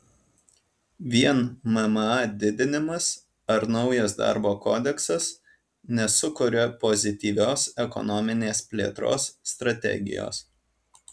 vien mma didinimas ar naujas darbo kodeksas nesukuria pozityvios ekonominės plėtros strategijos